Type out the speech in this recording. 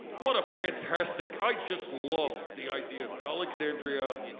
what a fantastic, i just love the idea of alexandria